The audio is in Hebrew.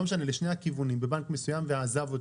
לא משנה זה לשני הכיוונים לבנק מסויים ועזב אותו,